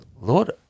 Lord